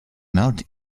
mouth